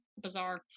bizarre